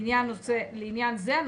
לעניין זה,